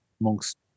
amongst